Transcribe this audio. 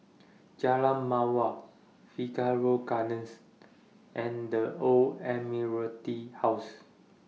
Jalan Mawar Figaro Gardens and The Old Admiralty House